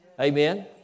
Amen